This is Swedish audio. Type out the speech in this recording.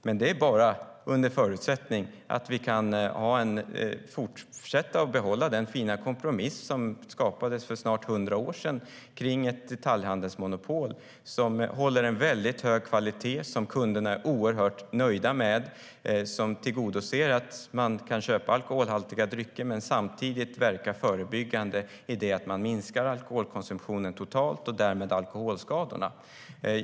Men det är bara under förutsättningen att vi kan behålla den fina kompromiss som skapades för snart hundra år sedan kring ett detaljhandelsmonopol som håller väldigt hög kvalitet, som kunderna är oerhört nöjda med, som tillgodoser behovet att köpa alkoholhaltiga drycker men som samtidigt verkar förebyggande i det att man minskar alkoholkonsumtionen totalt och därmed alkoholskadorna.